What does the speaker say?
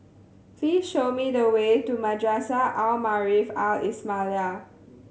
please show me the way to Madrasah Al Maarif Al Islamiah